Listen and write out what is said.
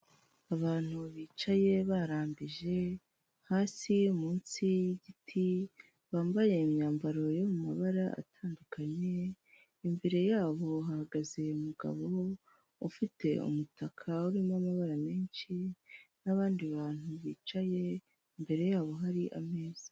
Abantu bicaye barambije hasi munsi y'igiti bambaye imyambaro yo mabara atandukanye, imbere yabo hahagaze umugabo ufite umutaka urimo amabara menshi, n'abandi bantu bicaye imbere yabo hari ameza.